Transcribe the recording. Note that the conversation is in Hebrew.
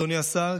אדוני השר?